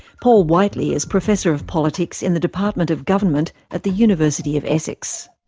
paul whiteley is professor of politics in the department of government at the university of essex.